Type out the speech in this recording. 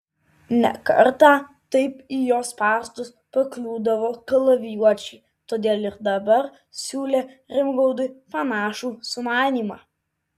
ne kartą taip į jo spąstus pakliūdavo kalavijuočiai todėl ir dabar siūlė rimgaudui panašų sumanymą